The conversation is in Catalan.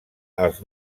els